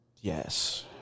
yes